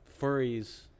furries